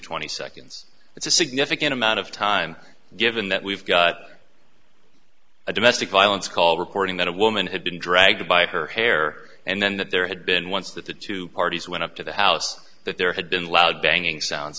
twenty seconds that's a significant amount of time given that we've got a domestic violence call reporting that a woman had been dragged by her hair and then that there had been once that the two parties went up to the house that there had been loud banging sounds